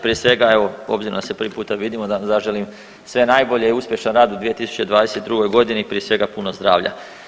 Prije svega evo obzirom da se prvi puta vidimo da zaželim sve najbolje, uspješan rad u 2022. godini, prije svega puno zdravlja.